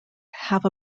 have